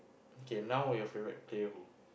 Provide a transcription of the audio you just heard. K now your favourite player who